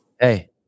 Hey